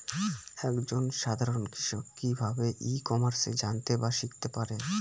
এক জন সাধারন কৃষক কি ভাবে ই কমার্সে জানতে বা শিক্ষতে পারে?